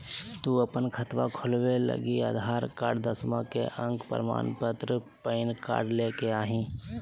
तू अपन खतवा खोलवे लागी आधार कार्ड, दसवां के अक प्रमाण पत्र, पैन कार्ड ले के अइह